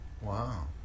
wow